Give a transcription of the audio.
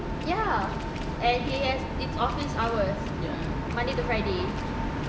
ya and he has it's office hours monday to friday